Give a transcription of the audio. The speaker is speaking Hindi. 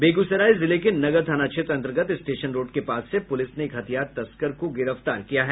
बेगूसराय जिले के नगर थाना क्षेत्र अंतर्गत स्टेशन रोड के पास से पुलिस ने एक हथियार तस्कर को गिरफ्तार किया है